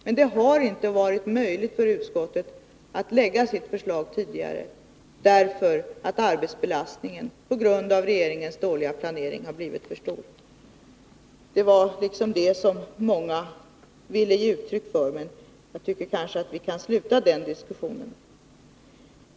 Men det har inte varit möjligt för utskottet att få fram sitt förslag tidigare, därför att arbetsbelastningen på grund av regeringens dåliga planering blivit för stor. Det är det som många velat ge uttryck för. Jag tycker kanske att vi kan sluta den diskussionen.